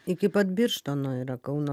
iki pat birštono yra kauno